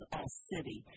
All-City